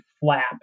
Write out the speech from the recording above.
flap